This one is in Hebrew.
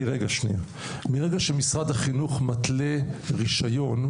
מרגע שמשרד החינוך מתלה רישיון,